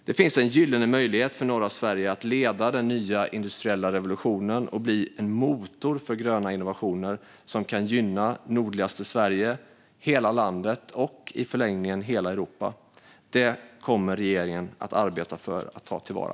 Det finns en gyllene möjlighet för norra Sverige att leda den nya industriella revolutionen och bli en motor för gröna innovationer som kan gynna nordligaste Sverige, hela landet och i förlängningen hela Europa. Den möjligheten kommer regeringen att arbeta för att ta till vara.